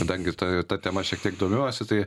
kadangi ta ta tema šiek tiek domiuosi tai